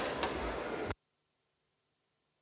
Hvala.